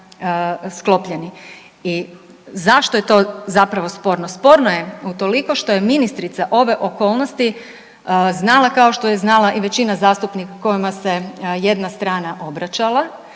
I zašto je to zapravo sporno? Sporno je utoliko što je ministrica ove okolnosti znala kao što je znala i većina zastupnika kojima se jedna strana obraćala